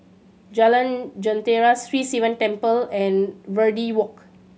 Jalan Jentera Sri Sivan Temple and Verde Walk